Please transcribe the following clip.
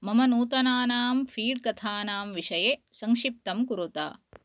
मम नूतनानां फीड् कथानां विषये संक्षिप्तं कुरुत